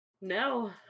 No